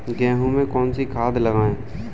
गेहूँ में कौनसी खाद लगाएँ?